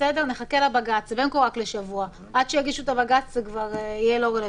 אבל עד שיגישו את הבג"ץ זה יהיה לא רלוונטי.